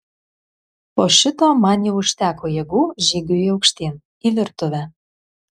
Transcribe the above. po šito man jau užteko jėgų žygiui aukštyn į virtuvę